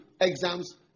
exams